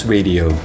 Radio